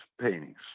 paintings